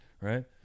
right